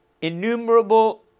innumerable